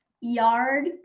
yard